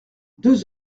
deux